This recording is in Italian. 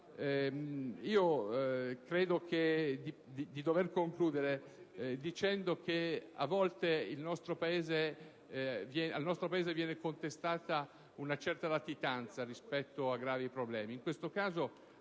Credo di dover concludere dicendo che, a volte, al nostro Paese viene contestata una certa latitanza rispetto ai gravi problemi.